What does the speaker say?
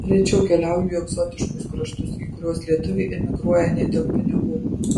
rečiau keliauju į egzotiškus kraštus į kuriuos lietuviai emigruoja ne dėl pinigų